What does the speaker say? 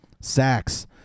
sacks